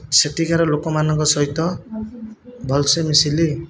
ସେଠିକାର ଲୋକମାନଙ୍କ ସହିତ ଭଲସେ ମିଶିଲି